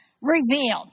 revealed